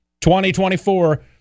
2024